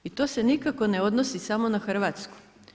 I to se nikako ne odnosi samo na Hrvatsku.